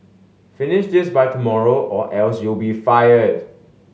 finish this by tomorrow or else you'll be fired